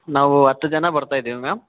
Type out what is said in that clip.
ನಾವು ಹತ್ತು ಜನ ಬರ್ತಾಯಿದ್ದೀವಿ ಮ್ಯಾಮ್